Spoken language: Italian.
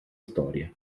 storia